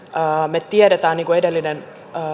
me tiedämme niin kuin edellinen